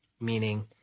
meaning